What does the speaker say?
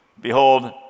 behold